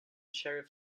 sheriff